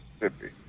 Mississippi